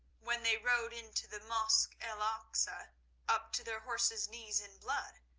when they rode into the mosque el aksa up to their horses' knees in blood,